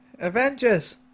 Avengers